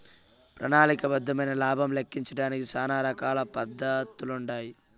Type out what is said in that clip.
ప్రణాళిక బద్దమైన లాబం లెక్కించడానికి శానా రకాల పద్దతులుండాయి